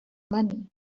money